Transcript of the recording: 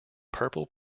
purple